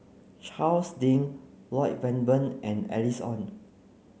Charles Lloyd Valberg and Alice Ong